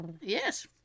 Yes